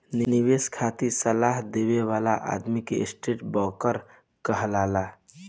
निवेश खातिर सलाह देवे वाला आदमी के स्टॉक ब्रोकर कहाला